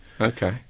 Okay